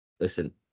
Listen